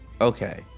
Okay